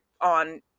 on